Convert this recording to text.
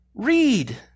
read